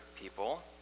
people